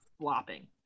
flopping